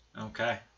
Okay